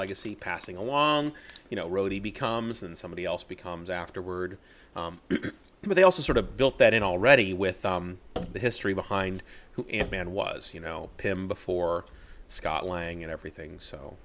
like you see passing along you know road he becomes and somebody else becomes afterward but they also sort of built that in already with the history behind him and was you know him before scott lang and everything so